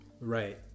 right